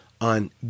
on